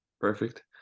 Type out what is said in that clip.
perfect